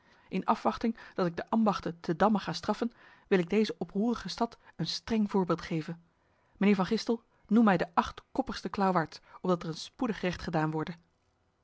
in afwachting dat ik de ambachten te damme ga straffen wil ik deze oproerige stad een streng voorbeeld geven mijnheer van gistel noem mij de acht koppigste klauwaards opdat er een spoedig recht gedaan worde